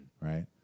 Right